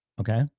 Okay